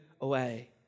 away